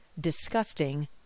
disgusting